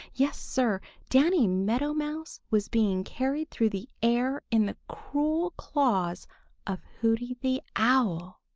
yes, sir, danny meadow mouse was being carried through the air in the cruel claws of hooty the owl!